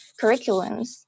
curriculums